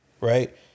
right